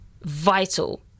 vital